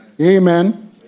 Amen